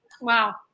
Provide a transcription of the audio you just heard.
Wow